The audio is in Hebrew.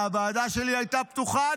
והוועדה שלי הייתה פתוחה,